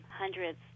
hundreds